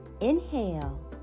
inhale